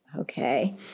Okay